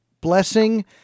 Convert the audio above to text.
blessing